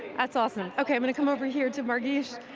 that's awesome. okay i'm gonna come over here to margish.